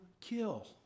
kill